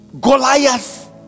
Goliath